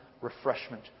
refreshment